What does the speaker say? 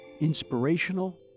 inspirational